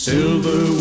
Silver